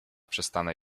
przestanę